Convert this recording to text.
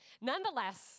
nonetheless